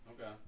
okay